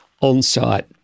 on-site